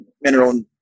mineral